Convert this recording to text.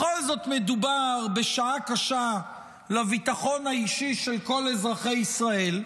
בכל זאת מדובר בשעה קשה לביטחון האישי של כל אזרחי ישראל.